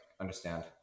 understand